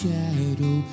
Shadow